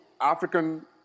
African